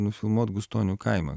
nufilmuot gustonių kaimą